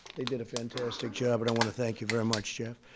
they did a fantastic job and i want to thank you very much, jeff.